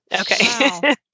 Okay